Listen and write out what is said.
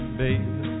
baby